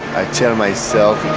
i tell myself